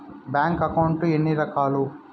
bank account ఎన్ని రకాలు